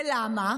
ולמה?